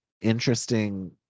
interesting